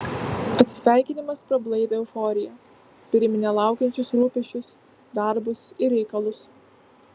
atsisveikinimas prablaivė euforiją priminė laukiančius rūpesčius darbus ir reikalus